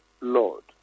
Lord